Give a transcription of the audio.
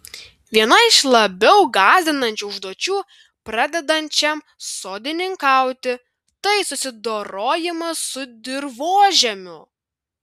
viena iš labiau gąsdinančių užduočių pradedančiam sodininkauti tai susidorojimas su dirvožemiu